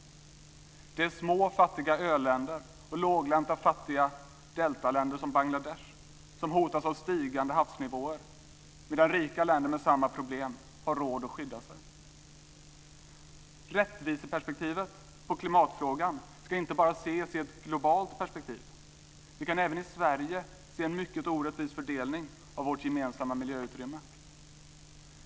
Det är små fattiga öländer och låglänta fattiga deltaländer som Bangladesh som hotas av stigande havsnivåer, medan rika länder med samma problem har råd att skydda sig. Rättviseperspektivet på klimatfrågan ska inte ses bara i ett globalt perspektiv. Vi kan även i Sverige se en mycket orättvis fördelning av vårt gemensamma miljöutrymme.